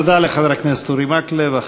תודה לחבר הכנסת אורי מקלב.